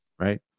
right